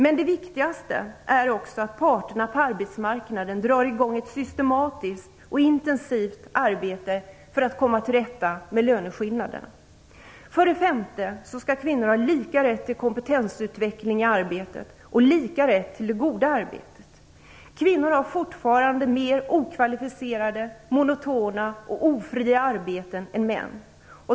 Men det viktigaste är att parterna på arbetsmarknaden drar i gång ett systematiskt och intensivt arbete för att komma till rätta med löneskillnaderna. För det femte skall kvinnor ha lika rätt till kompetensutveckling i arbetet och lika rätt till det goda arbetet. Kvinnor har fortfarande mer okvalificerade, monotona och ofria arbeten än män.